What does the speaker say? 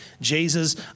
Jesus